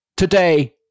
today